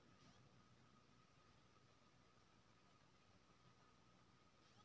गरीबक उत्थान लेल भारत सरकार बहुत रास योजना आनैत रहय छै